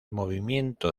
movimiento